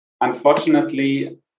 Unfortunately